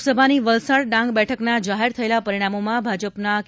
લોકસભાની વલસાડ ડાંગ બેઠકના જાહેર થયેલા પરિણામોમાં ભાજપના કે